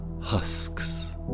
husks